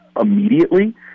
immediately